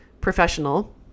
professional